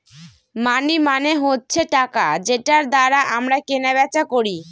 মানি মানে হচ্ছে টাকা যেটার দ্বারা আমরা কেনা বেচা করি